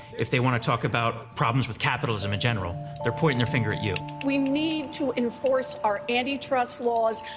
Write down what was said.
if they want to talk about problems with capitalism in general, they're pointing their finger at you. we need to enforce our antitrust laws,